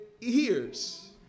ears